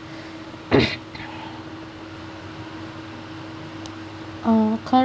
uh